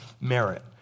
merit